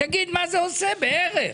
תגיד מה זה עושה בערך.